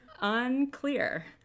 Unclear